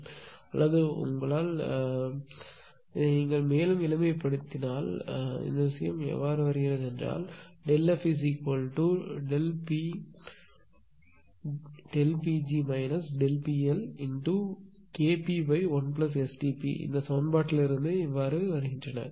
அல்லது உங்களால் என்ன செய்ய முடியும் இதை நீங்கள் மேலும் எளிமைப்படுத்தலாம் அதாவது இந்த விஷயம் எப்படி வருகிறது ΔfPg ΔPLKp1STp இந்த சமன்பாட்டிலிருந்து விஷயங்கள் எப்படி வருகின்றன